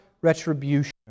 retribution